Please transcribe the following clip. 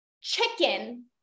chicken